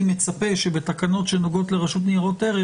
מצפה שבתקנות שנוגעות לרשות לניירות ערך,